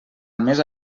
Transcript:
més